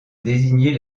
désigner